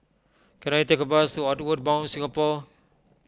can I take a bus to Outward Bound Singapore